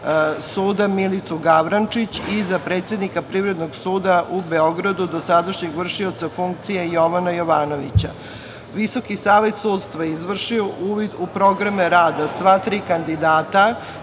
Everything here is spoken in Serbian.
suda Milicu Gavrančić i za predsednika Privrednog suda u Beogradu, dosadašnjeg vršioca funkcije Jovana Jovanovića. Visoki savet sudstva je izvršio uvid u programe rada sva tri kandidata,